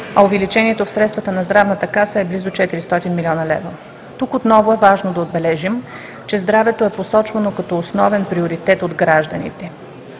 а увеличението в средствата на Здравната каса е близо 400 млн. лв. Тук отново е важно да отбележим, че здравето е посочвано като основен приоритет от гражданите,